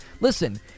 Listen